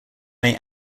may